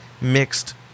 mixed